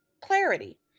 clarity